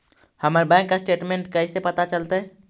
हमर bank statement कैसे पता चलतै?